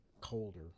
colder